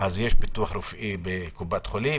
אז יש ביטוח רפואי בקופת חולים,